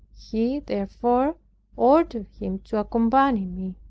he therefore ordered him to accompany me.